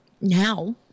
now